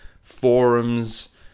forums